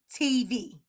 TV